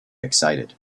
excited